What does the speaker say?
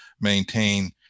maintain